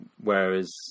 Whereas